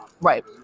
right